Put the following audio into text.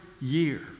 year